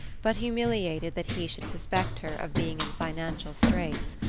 but humiliated that he should suspect her of being in financial straits.